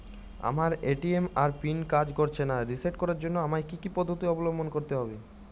আমার এ.টি.এম এর পিন কাজ করছে না রিসেট করার জন্য আমায় কী কী পদ্ধতি অবলম্বন করতে হবে?